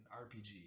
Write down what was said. rpg